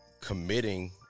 Committing